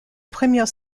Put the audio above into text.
première